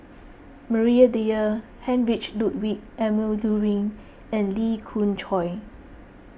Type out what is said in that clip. Maria Dyer Heinrich Ludwig Emil Luering and Lee Khoon Choy